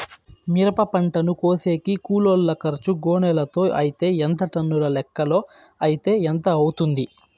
మిరప పంటను కోసేకి కూలోల్ల ఖర్చు గోనెలతో అయితే ఎంత టన్నుల లెక్కలో అయితే ఎంత అవుతుంది?